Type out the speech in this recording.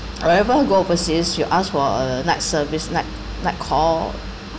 whatever go overseas you ask for a night service night night call